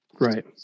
Right